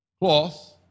cloth